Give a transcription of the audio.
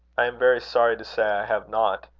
i am very sorry to say i have not.